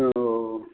फिर वह